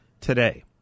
today